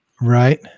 Right